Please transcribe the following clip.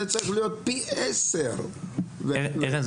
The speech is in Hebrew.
זה היה צריך להיות פי 10. ארז,